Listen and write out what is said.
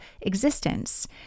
existence